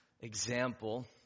example